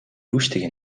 roestige